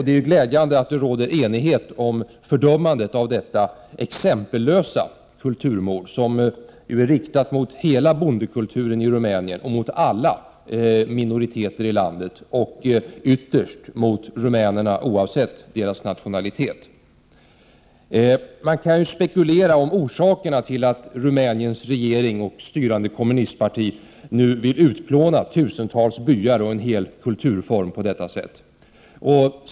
Det är glädjande att det råder enighet om fördömandet av detta exempellösa kulturmord, som ju är riktat mot hela bondekulturen i Rumänien, mot alla minoriteter i landet och ytterst mot rumänerna oavsett deras etniska tillhörighet. Man kan spekulera om orsakerna till att Rumäniens regering och styrande kommunistparti nu på detta sätt vill utplåna tusentals byar och en hel kulturform.